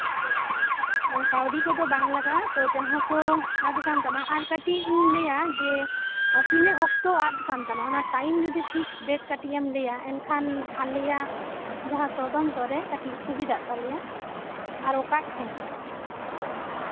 ᱠᱟᱹᱣᱰᱤ ᱠᱚᱫᱚ ᱵᱟᱝ ᱞᱟᱜᱟᱜᱼᱟ ᱛᱚ ᱡᱟᱦᱟᱸ ᱠᱚ ᱟᱫ ᱠᱟᱱ ᱛᱟᱢᱟ ᱟᱨ ᱠᱟᱹᱴᱤᱡ ᱤᱧ ᱞᱟᱹᱭᱟ ᱡᱮ ᱛᱤᱱᱟᱹᱜ ᱚᱠᱛᱚ ᱟᱫ ᱠᱟᱱ ᱛᱟᱢᱟ ᱴᱟᱭᱤᱢ ᱡᱚᱫᱤ ᱯᱷᱤᱠᱥ ᱰᱮᱴ ᱮᱢ ᱞᱟᱹᱭᱟ ᱮᱱᱠᱷᱟᱱ ᱟᱞᱮᱭᱟᱜ ᱛᱚᱫᱚᱱᱛᱚᱨᱮ ᱠᱟᱹᱴᱤᱡ ᱥᱩᱵᱤᱫᱷᱟ ᱛᱟᱞᱮᱭᱟ ᱟᱨ ᱚᱠᱟ ᱴᱷᱮᱱ